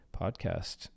podcast